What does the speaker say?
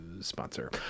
sponsor